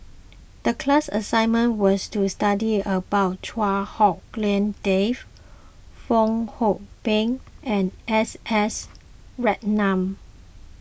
the class assignment was to study about Chua Hak Lien Dave Fong Hoe Beng and S S Ratnam